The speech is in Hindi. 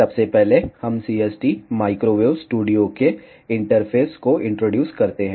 सबसे पहले हम CST माइक्रोवेव स्टूडियो के इंटरफेस को इंट्रोड्यूस करते हैं